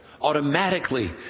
Automatically